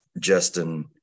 Justin